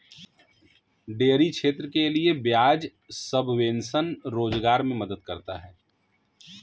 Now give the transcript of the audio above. dairy क्षेत्र के लिये ब्याज सबवेंशन रोजगार मे मदद करता है